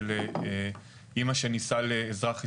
של אמא שנישאה לאזרח ישראלי.